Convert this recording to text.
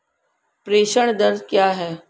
प्रेषण दर क्या है?